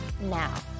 now